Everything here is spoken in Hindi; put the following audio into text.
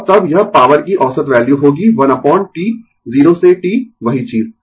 और तब यह पॉवर की औसत वैल्यू होगी 1 अपोन T 0 से T वही चीज